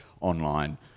online